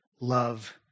love